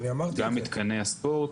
גם מתקני הספורט